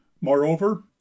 Moreover